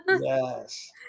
Yes